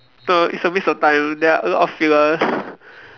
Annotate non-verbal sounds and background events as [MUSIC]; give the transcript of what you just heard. ah it's a waste of time there are a lot of fillers [BREATH]